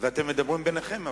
ואתם מדברים ביניכם,